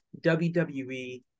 WWE